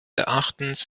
erachtens